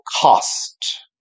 cost